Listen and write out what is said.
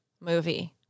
movie